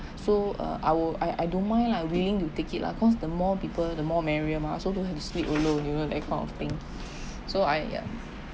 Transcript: so uh I will I I don't mind lah willing to take it lah cause the more people the more merrier mah so don't have to sleep alone you know that kind of thing so I uh